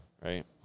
Right